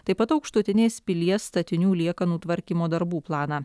taip pat aukštutinės pilies statinių liekanų tvarkymo darbų planą